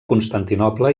constantinoble